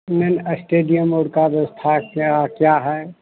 main stadium और की क्या व्यवस्था है इसमें और क्या है